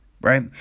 right